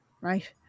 right